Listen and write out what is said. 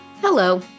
Hello